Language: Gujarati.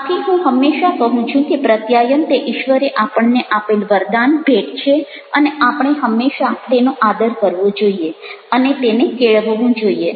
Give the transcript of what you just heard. આથી હું હંમેશા કહું છું કે પ્રત્યાયન તે ઈશ્વરે આપણને આપેલ વરદાન ભેટ છે અને આપણે હંમેશા તેનો આદર કરવો જોઈએ અને તેને કેળવવું જોઈએ